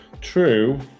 True